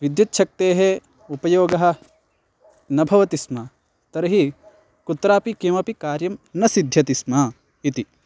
विद्युच्छक्तेः उपयोगः न भवति स्म तर्हि कुत्रापि किमपि कार्यं न सिध्यति स्म इति